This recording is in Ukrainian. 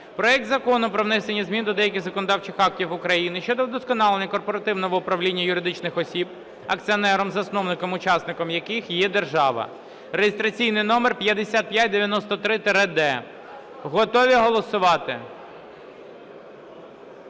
проекту Закону про внесення змін до деяких законодавчих актів України щодо вдосконалення корпоративного управління юридичних осіб, акціонером (засновником, учасником) яких є держава (реєстраційний номер 5593-д). Готові голосувати?